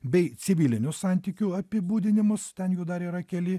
bei civilinių santykių apibūdinimus ten jų dar yra keli